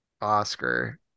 Oscar